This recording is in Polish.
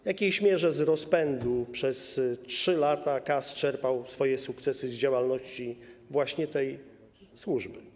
W jakiejś mierze z rozpędu przez 3 lata KAS czerpał swoje sukcesy z działalności właśnie tej służby.